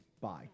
Bye